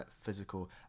physical